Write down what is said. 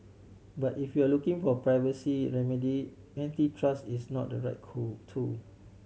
but if you're looking for a privacy remedy antitrust is not the right cool tool